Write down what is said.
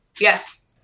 Yes